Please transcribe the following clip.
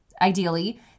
ideally